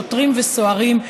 שוטרים וסוהרים,